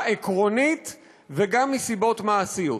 מסיבה עקרונית וגם מסיבות מעשיות.